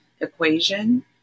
equation